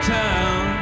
town